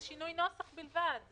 זה שינוי נוסח בלבד.